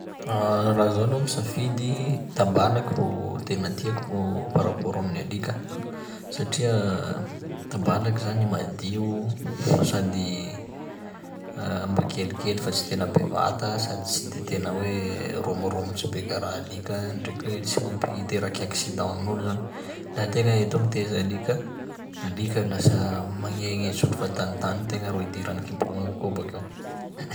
Raha zaho aloha misafidy tabalaky ro tena tiako par rapport amin'ny alika satria tabalaky zany madio sady mba kelikely fa sy tena bevata sady sy de tena hoe romoromotsy be karaha alika, ndraiky hoe tsy mampiteraky accident amin'olo zany; laha an-tegna eto mitaiza alika, alika lasa magnegnetsy olo fahatanitany tegna rô idiran'ny kipongo koa bakeo.